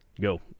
go